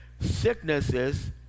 sicknesses